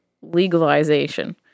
legalization